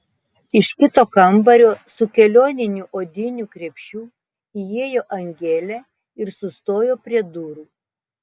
iš kito kambario su kelioniniu odiniu krepšiu įėjo angelė ir sustojo prie durų